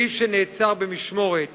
מי שנעצר במשמורת